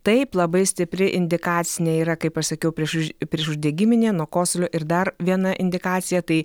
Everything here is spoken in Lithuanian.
taip labai stipri indikacinė yra kai aš sakiau prieš už priešuždegiminė nuo kosulio ir dar viena indikacija tai